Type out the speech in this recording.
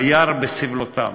וירא בסבלותם.